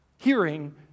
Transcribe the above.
hearing